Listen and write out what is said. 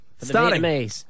Starting